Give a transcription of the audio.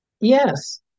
Yes